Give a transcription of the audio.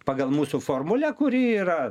pagal mūsų formulę kuri yra